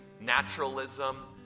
naturalism